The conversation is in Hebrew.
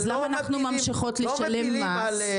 אז למה אנחנו ממשיכות לשלם מס?